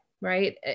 right